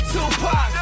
Tupac